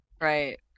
right